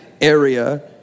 area